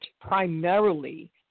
primarily